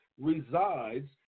resides